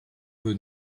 peu